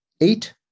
eight